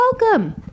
welcome